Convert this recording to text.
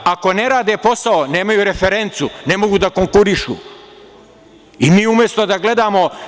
Ako ne rade posao nemaju referencu, ne mogu da konkurišu i mi umesto da gledamo…